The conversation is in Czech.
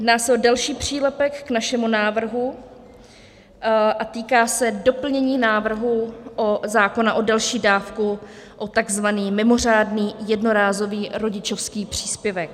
Jedná se o další přílepek k našemu návrhu a týká se doplnění návrhu zákona o další dávku, o tzv. mimořádný jednorázový rodičovský příspěvek.